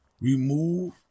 remove